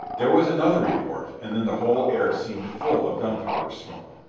there was another report, and then the whole air seemed full of gunpowder smoke.